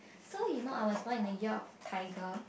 so you know I was born in the year of tiger